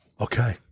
Okay